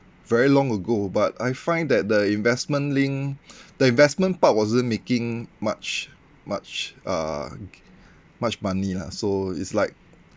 very long ago but I find that the investment link the investment part wasn't making much much uh much money lah so it's like